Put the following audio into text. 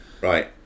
Right